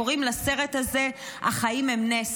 קוראים לסרט הזה "החיים הם נס".